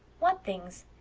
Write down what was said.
what things?